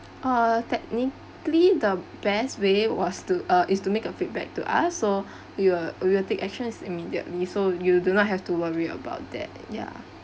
uh technically the best way was to uh is to make a feedback to us so we will we will take actions immediately so you do not have to worry about that ya